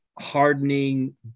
hardening